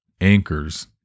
anchors